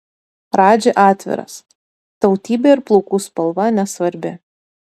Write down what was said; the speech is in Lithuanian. radži atviras tautybė ir plaukų spalva nesvarbi